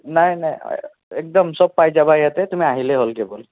নাই নাই একদম চব পাই যাবা ইয়াতে তুমি আহিলেই হ'ল কেৱল